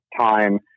time